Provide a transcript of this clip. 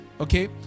Okay